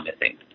missing